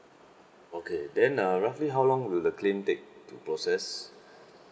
okay then uh roughly how long will the claim take to process